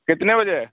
کتنے بجے ہے